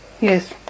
yes